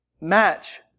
match